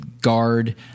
Guard